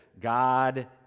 God